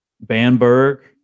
Bamberg